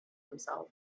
himself